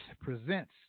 presents